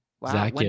Wow